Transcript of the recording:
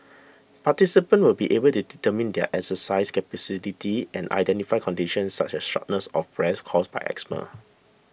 participants will be able to determine their exercise capacity and identify conditions such as shortness of breath caused by asthma